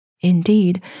Indeed